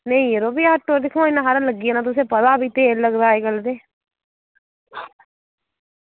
भी आपें दिक्खो आं इन्ना लग्गी जाना यरो पता भी तेल लग्गी जाना यरो